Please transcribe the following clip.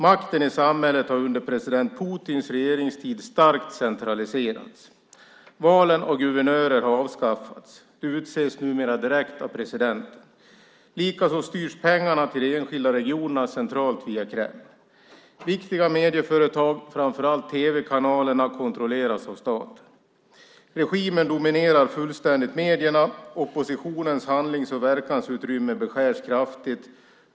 Makten i samhället har under president Putins regeringstid starkt centraliserats. Valen av guvernörer har avskaffats. De utses numera direkt av presidenten. Likaså styrs pengarna till de enskilda regionerna centralt via Kreml. Viktiga medieföretag, framför allt tv-kanalerna, kontrolleras av staten. Regimen dominerar fullständigt medierna. Oppositionens handlings och verkansutrymme beskärs kraftigt.